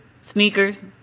sneakers